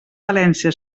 valència